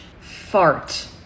fart